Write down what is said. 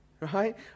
right